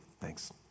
thanks